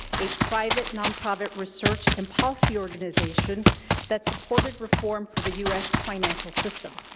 a private non-profit research and policy organization that supported reform for the u s. financial system.